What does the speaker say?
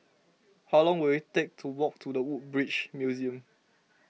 how long will it take to walk to the Woodbridge Museum